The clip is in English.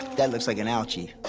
that looks like an ouchie.